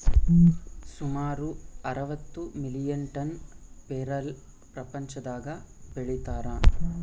ಸುಮಾರು ಅರವತ್ತು million tonne ಪೇರಲ ಪ್ರಪಂಚದಾಗ ಬೆಳೀತಾರ